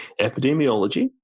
epidemiology